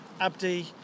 Abdi